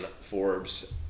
Forbes